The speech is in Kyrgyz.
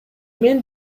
мен